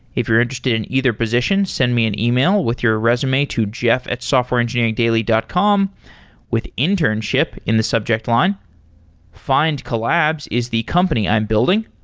if you're interested in either position, send me an email with your resume to jeff at softwareengineeringdaily dot com with internship in the subject line findcollabs is the company i'm building.